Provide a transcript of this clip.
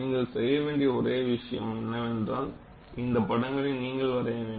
நீங்கள் செய்ய வேண்டிய ஓரெ விஷயம் என்னவென்றால் இந்த படங்களை நீங்கள் வரைய வேண்டும்